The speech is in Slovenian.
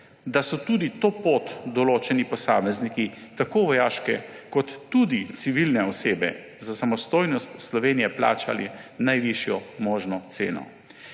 da so tudi to pot določeni posamezniki, tako vojaške kot tudi civilne osebe, za samostojnost Slovenije plačali najvišjo možno ceno,